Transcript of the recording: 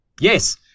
Yes